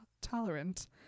tolerant